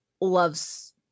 loves